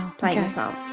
playing the song,